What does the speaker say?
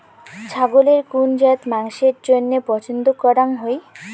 ছাগলের কুন জাত মাংসের জইন্য পছন্দ করাং হই?